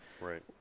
Right